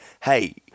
hey